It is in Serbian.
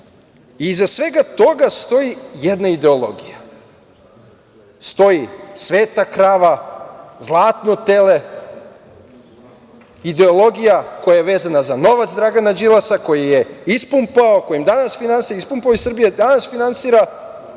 Iza svega toga stoji jedna ideologija. Stoji sveta krava, zlatno tele, ideologija koja je vezana za novac Dragana Đilasa, koji je ispumpao iz Srbije, danas finansira